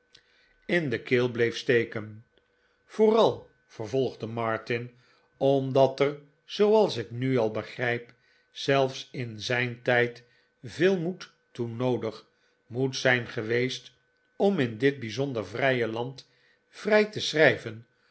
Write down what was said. in de keel bleef steken vooral vervolgde martin omdat er zooals ik nu al begrijp zelfs in zijn tijd veei moed toe noodig moet zijn geweest om in dit bijzonder vrije land vrij te schrijven